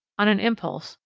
on an impulse,